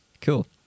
Cool